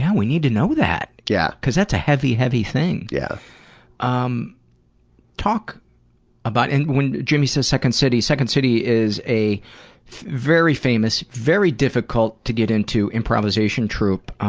need to know that, yeah because that's a heavy heavy thing. yeah um talk about and when jimmy says second city, second city is a very famous, very difficult to get into, improvisation troupe